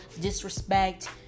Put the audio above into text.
disrespect